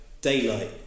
Daylight